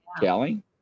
Kelly